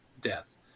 death